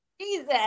Jesus